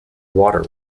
water